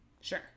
Sure